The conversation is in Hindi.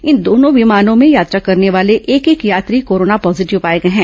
इन दोनों विमानों में यात्रा करने वाले एक एक यात्री कोरोना पॉजीटिव पाए गए हैं